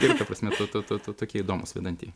ir ta prasme to to tokie įdomūs vedantieji